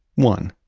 one,